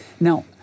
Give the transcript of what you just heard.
Now